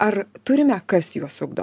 ar turime kas juos ugdo